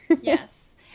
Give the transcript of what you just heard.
Yes